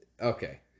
okay